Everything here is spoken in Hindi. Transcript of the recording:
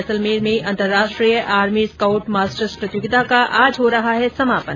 जैसलमेर में अंतर्राष्ट्रीय आर्मी स्काउट मास्टर्स प्रतियोगिता का आज हो रहा है समापन